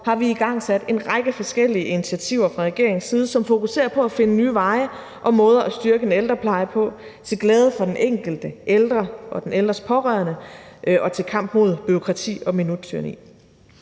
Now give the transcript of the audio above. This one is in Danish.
side igangsat en række forskellige initiativer, som fokuserer på at finde nye veje og måder at styrke ældreplejen på – til glæde for den enkelte ældre og den ældres pårørende og til kamp mod bureaukrati og minuttyranni.